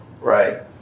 right